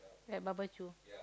like barbecue